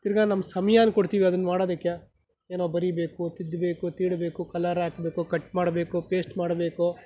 ತಿರ್ಗಾ ನಮ್ಮ ಸಮ್ಯಾನ ಕೊಡ್ತೀವದನ್ನು ಮಾಡೋದಕ್ಕೆ ಏನೋ ಬರಿಬೇಕು ತಿದ್ದಬೇಕು ತೀಡಬೇಕು ಕಲರ್ ಹಾಕಬೇಕು ಕಟ್ ಮಾಡಬೇಕು ಪೇಸ್ಟ್ ಮಾಡಬೇಕು